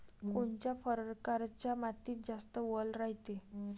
कोनच्या परकारच्या मातीत जास्त वल रायते?